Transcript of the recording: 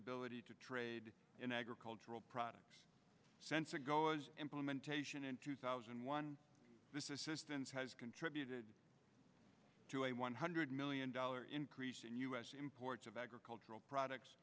ability to trade in agricultural products sense ago was implementation in two thousand and one this is systems has contributed to a one hundred million dollar increase in u s imports of agricultural products